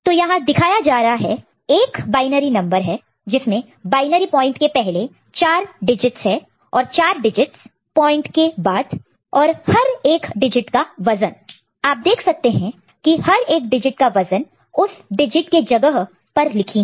तो यहां दिखाया जा रहा है एक बायनरी नंबर है जिसमें बायनरी पॉइंट के पहले 4 डिजिटस है और 4 डिजिटस पॉइंट के बाद और हर 1 डिजिट का वजन वेट weight आप देख सकते हैं कि हर डिजिट का वजन वेट weight उस डिजिट के जगह पर लिखी है